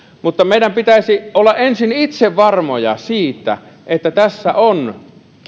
mutta meidän pitäisi olla ensin itse varmoja siitä että tässä on